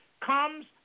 comes